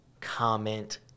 comment